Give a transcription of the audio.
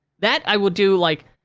that, i would do, like,